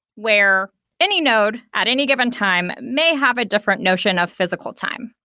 where any node at any given time may have a different notion of physical time.